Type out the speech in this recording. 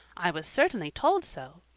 i was certainly told so.